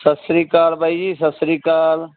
ਸਤਿ ਸ਼੍ਰੀ ਅਕਾਲ ਬਾਈ ਜੀ ਸਤਿ ਸ਼੍ਰੀ ਅਕਾਲ